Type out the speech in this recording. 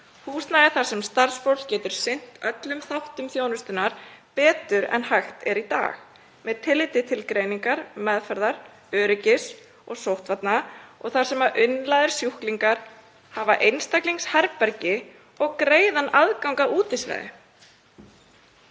húsnæði þar sem starfsfólk getur sinnt öllum þáttum þjónustunnar betur en hægt er í dag með tilliti til greiningar, meðferðar, öryggis og sóttvarna og þar sem innlagðir sjúklingar hafa einstaklingsherbergi og greiðan aðgang að útisvæði.“